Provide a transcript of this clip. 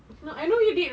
I know we did like